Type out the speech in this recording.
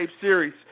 Series